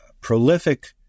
prolific